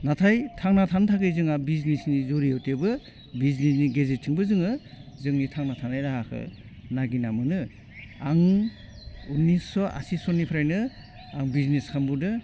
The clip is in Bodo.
नाथाय थांना थानो थाखाय जोंहा बिजनेसनि जुरियथेबो बिजनेसनि गेजेरथिंबो जोङो जोंनि थांना थानाय राहाखौ नागिरना मोनो आं उननिस्स' आसि सननिफ्रायनो आं बिजनेस खालामबोदों